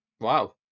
wow